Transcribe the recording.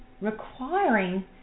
requiring